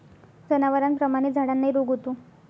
जनावरांप्रमाणेच झाडांनाही रोग होतो